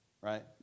right